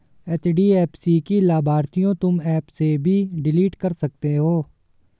HDFC की लाभार्थियों तुम एप से भी डिलीट कर सकते हो